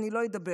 אני לא אדבר.